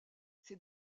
ses